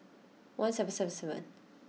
one seven seven seven